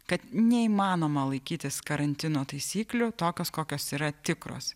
kad neįmanoma laikytis karantino taisyklių tokios kokios yra tikros